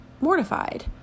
mortified